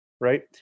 right